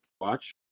watch